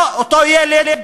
או את אותו ילד